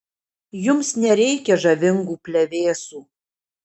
jums nereikia žavingų plevėsų